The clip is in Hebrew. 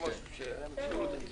הישיבה ננעלה בשעה 11:00.